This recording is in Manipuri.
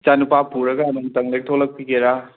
ꯏꯆꯥ ꯅꯨꯄꯥ ꯄꯨꯔꯒ ꯑꯃꯃꯝꯇꯪ ꯂꯩ ꯊꯣꯛꯂꯛꯄꯤꯒꯦꯔꯥ